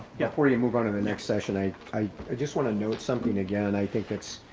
yeah, before we and move on to the next session, i i just wanna note something again, and i think it's,